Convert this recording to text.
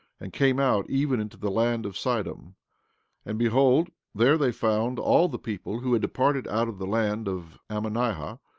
and came out even into the land of sidom and behold, there they found all the people who had departed out of the land of ammonihah,